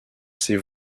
ses